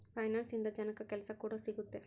finance ಇಂದ ಜನಕ್ಕಾ ಕೆಲ್ಸ ಕೂಡ ಸಿಗುತ್ತೆ